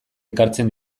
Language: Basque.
ekartzen